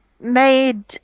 made